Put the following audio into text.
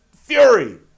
Fury